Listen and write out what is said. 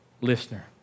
listener